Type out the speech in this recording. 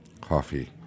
Coffee